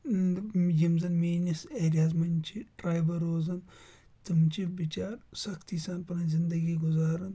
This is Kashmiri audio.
یِم زَن میٛٲنِس ایریاہَس منٛز چھِ ٹرٛایبہٕ روزان تِم چھِ بِچار سختی سان پَنٕنۍ زندگی گُزاران